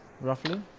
roughly